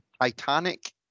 Titanic